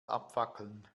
abfackeln